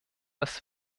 das